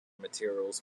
materials